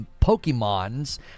Pokemons